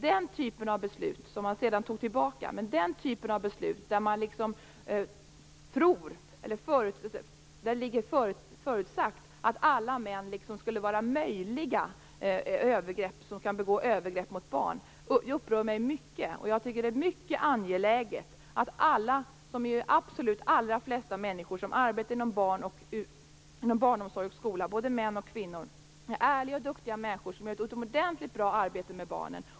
Man tog senare tillbaka detta, men den typen av beslut, där man tror eller förutsätter att det är möjligt för alla män att begå övergrepp mot barn, upprör mig mycket. Jag tror absolut att de allra flesta människor som arbetar inom barnomsorg och skola, både män och kvinnor, är ärliga och duktiga människor som gör ett utomordentligt bra arbete med barnen.